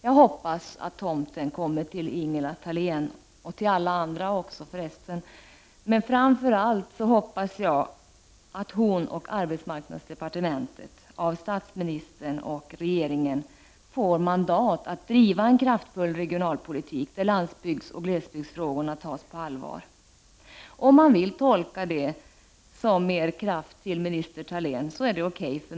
Jag hoppas att tomten kommer till Ingela Thalén och till alla andra, men framför allt hoppas jag att hon och arbetsmarknadsdepartementet av statsministern och regeringen får mandat att driva en kraftfull regionalpolitik, där landsbygdsoch glesbygdsfrågorna tas på allvar. Om man vill kan man tolka det som mer kraft till minister Thalén.